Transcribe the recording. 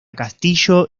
castillo